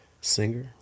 singer